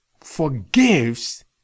forgives